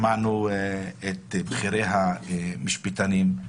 שמענו את בכירי המשפטנים,